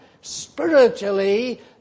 spiritually